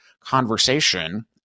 conversation